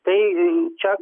tai čia